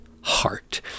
heart